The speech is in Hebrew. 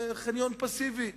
זה חניון פסיבי,